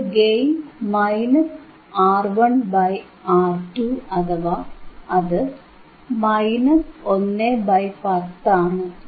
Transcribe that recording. അപ്പോൾ gain minus R2 by R1 അഥവാ അത് 1 ബൈ 10 ആണ്